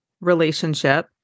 relationship